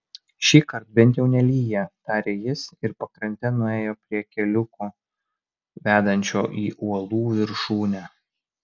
šįkart bent jau nelyja tarė jis ir pakrante nuėjo prie keliuko vedančio į uolų viršūnę